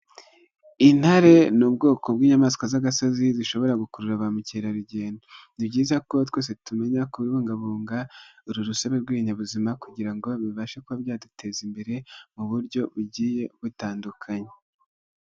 Intare ni ubwoko bw'inyamanswa z'asozi zishobora gukurura bamukerarugendo, ni byiza ko twese tumenya kubungabunga urusobe rw'ibinyabuzima kugira bibashe kuba byaduteza imbere mu buryo bugiye butandukanye.